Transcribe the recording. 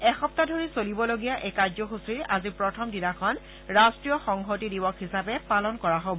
এক সপ্তাহ ধৰি চলিবলগীয়া এই কাৰ্যসূচীৰ আজি প্ৰথম দিনাখন ৰাষ্ট্ৰীয় সংহতি দিৱস হিচাপে পালন কৰা হ'ব